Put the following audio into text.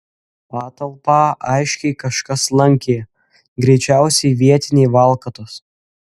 patalpą aiškiai kažkas lankė greičiausiai vietiniai valkatos